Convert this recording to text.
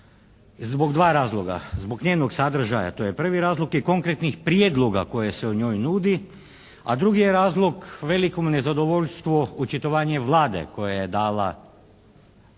zbog dva razloga. Zbog njenog sadržaja, to je prvi razlog, i konkretnih prijedloga koje se u njoj nudi. A drugi je razlog veliko nezadovoljstvo očitovanjem Vlade koje je dala